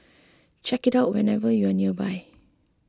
check it out whenever you are nearby